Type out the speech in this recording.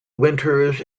winters